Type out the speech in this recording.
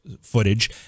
footage